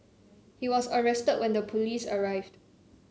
he was arrested when the police arrived